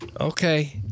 Okay